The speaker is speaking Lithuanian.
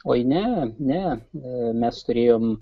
oi ne ne mes turėjom